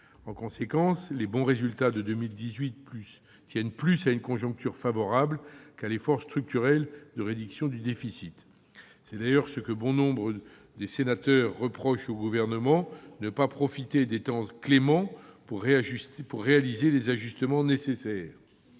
En conséquence, les bons résultats de 2018 tiennent plus à une conjoncture favorable qu'à l'effort structurel de réduction du déficit. C'est d'ailleurs ce que bon nombre de sénateurs reprochent au Gouvernement : ne pas profiter des temps cléments pour opérer les ajustements nécessaires.